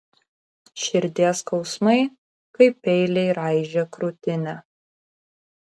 širdies skausmai kaip peiliai raižė krūtinę